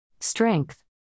Strength